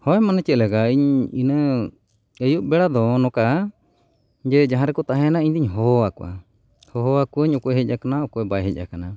ᱦᱳᱭ ᱢᱟᱱᱮ ᱪᱮᱫ ᱞᱮᱠᱟ ᱤᱧ ᱤᱱᱟᱹ ᱟᱹᱭᱩᱵ ᱵᱮᱲᱟ ᱫᱚ ᱱᱚᱝᱠᱟ ᱡᱮ ᱡᱟᱦᱟᱸ ᱨᱮᱠᱚ ᱛᱟᱦᱮᱱᱟ ᱤᱧᱫᱚᱧ ᱦᱚᱦᱚ ᱟᱠᱚᱣᱟ ᱦᱚᱦᱚ ᱟᱠᱚᱣᱟᱧ ᱚᱠᱚᱭ ᱦᱮᱡ ᱠᱟᱱᱟ ᱚᱠᱚᱭ ᱵᱟᱭ ᱦᱮᱡ ᱠᱟᱱᱟ